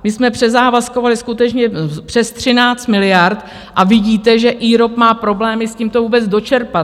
My jsme přezávazkovaly skutečně přes 13 miliard a vidíte, že IROP má problémy s tím, to vůbec dočerpat.